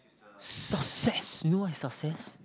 success you know what is success